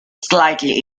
slightly